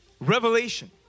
revelation